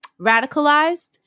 radicalized